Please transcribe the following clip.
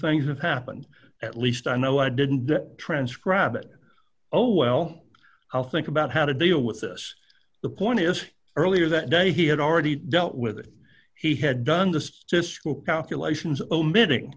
things have happened at least i know i didn't transcribe it oh well i'll think about how to deal with this the point is earlier that day he had already dealt with it he had done this to school calculations omitting